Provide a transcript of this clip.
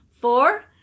four